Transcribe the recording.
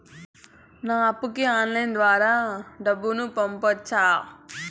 నా అప్పుకి ఆన్లైన్ ద్వారా డబ్బును పంపొచ్చా